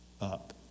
up